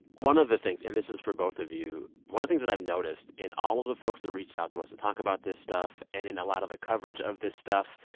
one of the things and this is for both of you one of the things that i've noticed in all of the folks that reached out to us to talk about this stuff and in a lot of the coverage of this stuff,